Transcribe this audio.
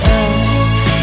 up